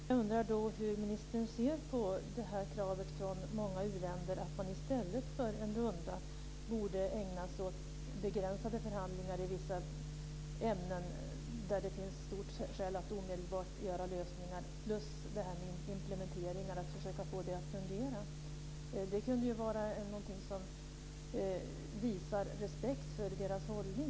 Herr talman! Jag undrar då hur ministern ser på kravet från många u-länder att man i stället för en runda bör ägna sig åt begränsade förhandlingar i vissa ämnen där det finns stora skäl att omedelbart åstadkomma lösningar plus att få detta med implementeringar att fungera. Det kan ju vara någonting som visar respekt för deras hållning.